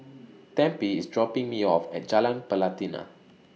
Tempie IS dropping Me off At Jalan Pelatina